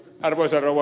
arvoisa rouva